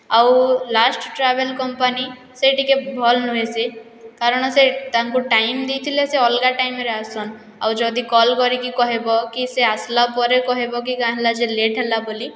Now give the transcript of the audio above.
ଆଉ last travel company ସେ ଟିକେ ଭଲ୍ ନୁହେଁ ସେ କାରଣ ସେ ତାଙ୍କୁ ଟାଇମ୍ ଦେଇଥିଲେ ସେ ଅଲ୍ଗା ଟାଇମ୍ରେ ଆଏସନ୍ ଆଉ ଯଦି କଲ୍ କରିକି କହେବ କି ସେ ଆସ୍ଲାପରେ କହେବ କି କାଁ ହେଲା ଯେ ଲେଟ୍ ହେଲା ବଲି